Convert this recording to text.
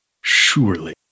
surely